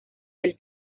del